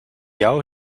jou